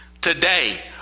today